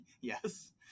Yes